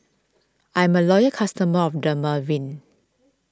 I'm a loyal customer of Dermaveen